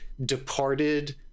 departed